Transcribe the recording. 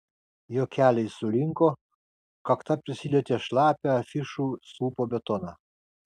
jo keliai sulinko kakta prisilietė šlapią afišų stulpo betoną